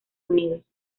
unidos